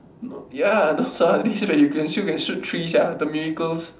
no ya those are the days where you can shoot you can shoot three sia the miracles